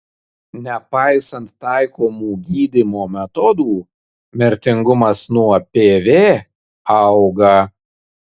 nepaisant taikomų gydymo metodų mirtingumas nuo pv auga